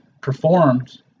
performed